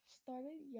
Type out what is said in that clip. started